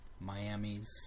Miami's